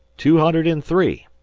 two hundred and three.